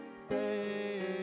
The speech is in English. stay